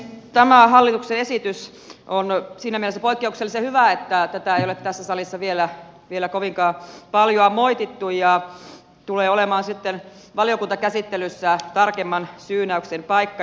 tämä hallituksen esitys on siinä mielessä poikkeuksellisen hyvä että tätä ei ole tässä salissa vielä kovinkaan paljoa moitittu ja tulee olemaan sitten valiokuntakäsittelyssä tarkemman syynäyksen paikka